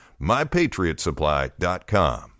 MyPatriotsupply.com